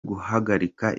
guhagarika